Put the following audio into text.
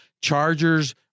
Chargers